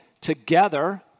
Together